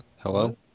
Hello